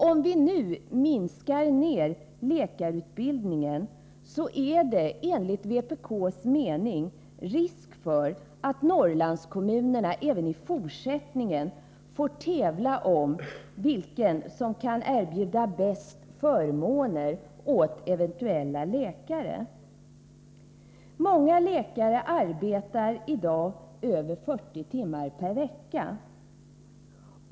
Om vi nu minskar läkarutbildningen, är det enligt vpk:s mening risk för att Norrlandskommunerna även i fortsättningen får tävla om att erbjuda bäst förmåner åt eventuella läkare. Många läkare arbetar i dag över 40 timmar per vecka.